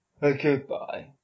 goodbye